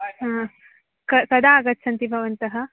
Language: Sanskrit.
क् कदा आगच्छन्ति भवन्तः